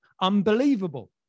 unbelievable